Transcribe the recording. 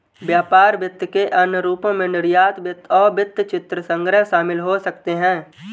व्यापार वित्त के अन्य रूपों में निर्यात वित्त और वृत्तचित्र संग्रह शामिल हो सकते हैं